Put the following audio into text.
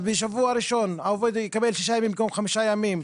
אז בשבוע הראשון העובד יקבל שישה ימים במקום חמישה ימים,